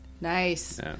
Nice